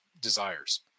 desires